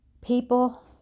people